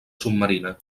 submarina